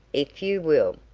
if you will.